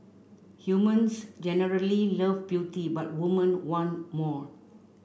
humans generally love beauty but women want more